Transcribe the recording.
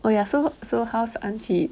oh ya so so how's an qi